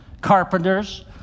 carpenters